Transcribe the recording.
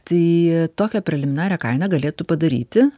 tai tokią preliminarią kainą galėtų padaryti